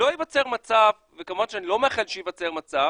שלא ייווצר מצב וכמובן אני לא מאחל שייווצר מצב